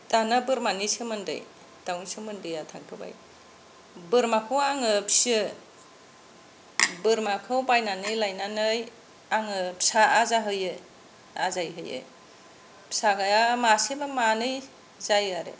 दाना बोरमानि सोमोन्दै दाउनि सोमोन्दैया थांथ'बाय बोरमाखौ आङो फिसियो बोरमाखौ बायनानै लायनानै आङो फिसा आजायहोयो आजायहोयो फिसाया मासे बा मानै जायो आरो